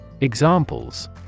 Examples